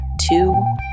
Two